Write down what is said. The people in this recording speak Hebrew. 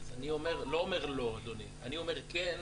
אני לא אומר לא, אדוני, אני אומר כן.